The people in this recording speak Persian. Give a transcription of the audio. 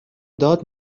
داد